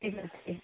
ଠିକ୍ ଅଛି ଠିକ୍ ଅଛି